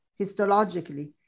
histologically